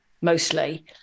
mostly